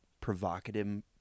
provocative